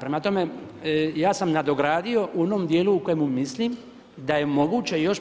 Prema tome ja sam nadogradio u onom dijelu u kojemu mislim da je moguće još